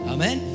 Amen